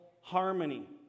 harmony